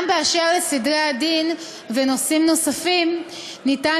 גם באשר לסדרי הדין ונושאים נוספים אפשר